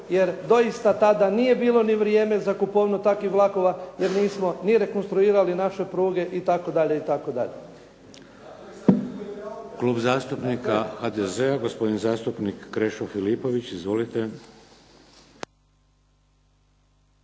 jer doista tada nije bilo ni vrijeme za kupovinu takvih vlakova jer nismo ni rekonstruirali naše pruge itd.,